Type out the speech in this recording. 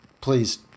Please